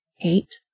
Eight